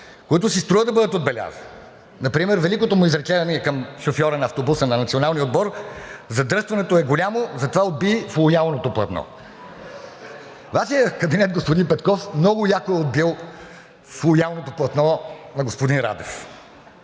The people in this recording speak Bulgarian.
които си струва да бъдат отбелязани. Например великото му изречение към шофьора на автобуса на националния отбор: „Задръстването е голямо, затова отбий в лоялното платно.“ Вашият кабинет, господин Петков, много яко е отбил в лоялното платно на господин Радев.